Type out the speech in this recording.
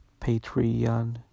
Patreon